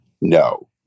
No